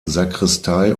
sakristei